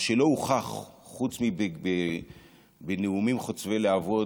מה שלא הוכח חוץ מבנאומים חוצבי להבות